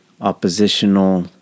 oppositional